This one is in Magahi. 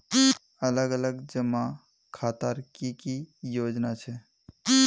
अलग अलग जमा खातार की की योजना छे?